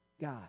god